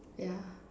yeah